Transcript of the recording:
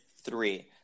three